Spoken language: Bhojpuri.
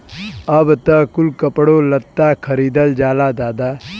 अब त कुल कपड़ो लत्ता खरीदल जाला दादा